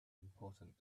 important